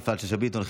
יפעת שאשא ביטון,